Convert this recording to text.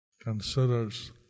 considers